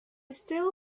still